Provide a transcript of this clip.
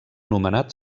nomenat